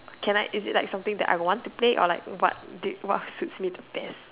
can I is it like something that I want to play or did what suits me the best